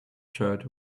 shirt